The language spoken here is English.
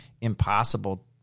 impossible